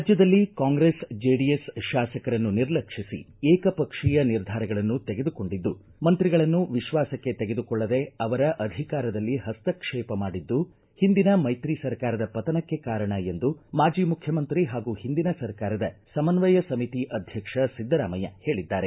ರಾಜ್ಯದಲ್ಲಿ ಕಾಂಗ್ರೆಸ್ ಜೆಡಿಎಸ್ ಶಾಸಕರನ್ನು ನಿರ್ಲಕ್ಷಿಸಿ ಏಕಪಕ್ಷೀಯ ನಿರ್ಧಾರಗಳನ್ನು ತೆಗೆದುಕೊಂಡಿದ್ದು ಮಂತ್ರಿಗಳನ್ನು ವಿಶ್ವಾಸಕ್ಕೆ ತೆಗೆದುಕೊಳ್ಳದೆ ಅವರ ಅಧಿಕಾರದಲ್ಲಿ ಪಸ್ತಕ್ಷೇಪ ಮಾಡಿದ್ದು ಹಿಂದಿನ ಮೈತ್ರಿ ಸರ್ಕಾರದ ಪತನಕ್ಕೆ ಕಾರಣ ಎಂದು ಮಾಜಿ ಮುಖ್ಯಮಂತ್ರಿ ಹಾಗೂ ಹಿಂದಿನ ಸರ್ಕಾರದ ಸಮನ್ವಯ ಸಮಿತಿ ಅಧ್ಯಕ್ಷ ಸಿದ್ದರಾಮಯ್ಯ ಹೇಳಿದ್ದಾರೆ